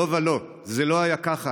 לא ולא, זה לא היה ככה.